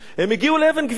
הם הגיעו לאבן-גבירול,